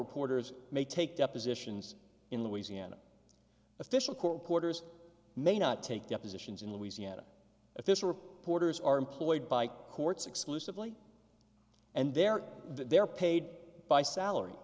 reporters may take depositions in louisiana official court reporters may not take depositions in louisiana official reporters are employed by courts exclusively and there they are paid by salary